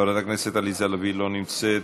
חברת הכנסת עליזה לביא, אינה נוכחת,